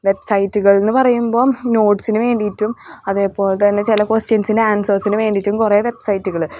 വെബ്സൈറ്റുകൾ എന്ന് പറയുമ്പോൾ നോട്സിന് വേണ്ടിയിട്ടും അതേപോലെ തന്നെ ചില ക്വസ്റ്റിൻസിൻ്റെ ആൻസേഴ്സിന് വേണ്ടിയിട്ടും കുറേ വെബ്സൈറ്റുകൾ